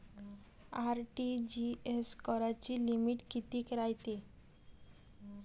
RTGS कराची limit कितीक रायते?